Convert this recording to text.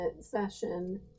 session